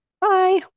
Bye